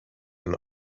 and